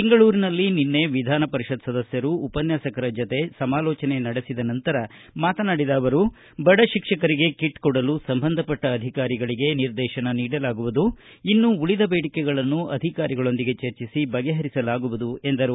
ಬೆಂಗಳೂರಿನಲ್ಲಿ ನಿನ್ನೆ ವಿಧಾನಪರಿಷತ್ ಸದಸ್ಕರು ಉಪನ್ಯಾಸಕರ ಜೊತೆ ಸಮಾಲೋಚನೆ ನಡೆಸಿದ ನಂತರ ಮಾತನಾಡಿದ ಅವರು ಬಡ ಶಿಕ್ಷಕರಿಗೆ ಕಿಟ್ ಕೊಡಲು ಸಂಬಂಧಪಟ್ಟ ಅಧಿಕಾರಿಗಳಿಗೆ ನಿರ್ದೇಶನ ನೀಡಲಾಗುವುದು ಇನ್ನು ಉಳಿದ ಬೇಡಿಕೆಗಳನ್ನು ಅಧಿಕಾರಿಗಳೊಂದಿಗೆ ಚರ್ಚಿಸಿ ಬಗೆಹರಿಸಲಾಗುವುದು ಎಂದರು